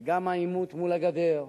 וגם העימות מול הגדר,